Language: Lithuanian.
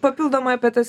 papildomai apie tas